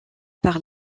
par